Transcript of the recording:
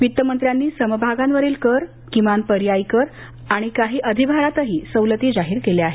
वित्तमंत्र्यांनी समभागांवरील कर किमान पर्यायी कर आणि काही अधिभारांतही सवलती जाहीर केल्या आहेत